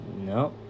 No